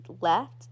left